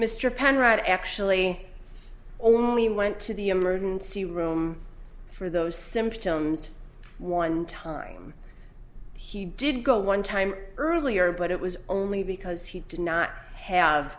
penrod actually only went to the emergency room for those symptoms one time he did go one time earlier but it was only because he did not have